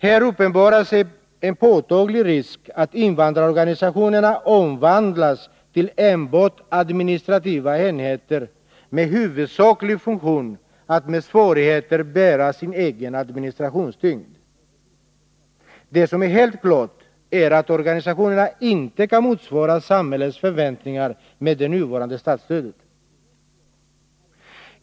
Här uppenbarar sig en påtaglig risk för att invandrarorganisationerna omvandlas till enbart administrativa enheter med huvudsaklig funktion att med svårigheter bära sin egen administrationstyngd. Det som är helt klart är att organisationerna inte kan motsvara samhällets förväntningar med det nuvarande statsstödet.